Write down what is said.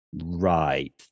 Right